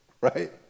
right